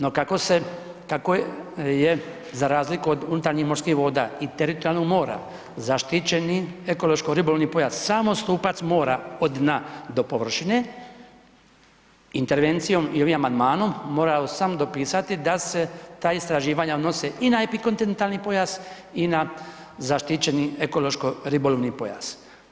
No kako se, kako je za razliku od unutarnjih morskih voda i teritorijalnog mora zaštićeni ekološko-ribolovni pojas samo stupca mora od dna do površine intervencijom i ovim amandmanom morao sam dopisati da se ta istraživanja odnose i na epikontinentalni i na zaštićeni ekološko-ribolovni pojas.